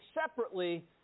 separately